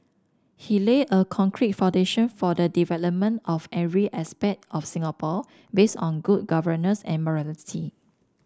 he laid a concrete foundation for the development of every aspect of Singapore based on good governance and morality